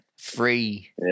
free